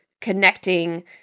connecting